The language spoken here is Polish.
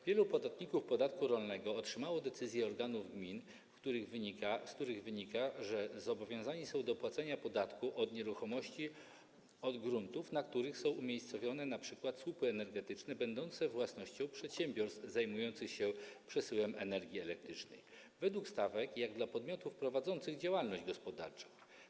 Wielu podatników podatku rolnego otrzymało decyzje organów gmin, z których wynika, że zobowiązani są do płacenia podatku od nieruchomości, od gruntów, na których są umiejscowione np. słupy energetyczne będące własnością przedsiębiorstw zajmujących się przesyłem energii elektrycznej, według stawek takich jak dla podmiotów prowadzących działalność gospodarczą.